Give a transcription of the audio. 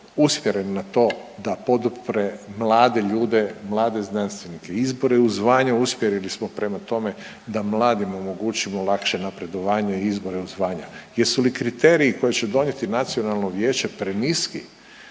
usmjeren na to da podupre mlade ljude, mlade znanstvenike. Izbore u zvanja usmjerili smo prema tome da mladim omogućimo lakše napredovanje izbora u zvanja. Jesu li kriteriji koje će donijeti nacionalno vijeće preniski